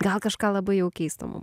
gal kažką labai jau keistum